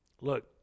look